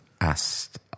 asked